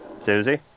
Susie